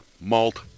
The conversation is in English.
malt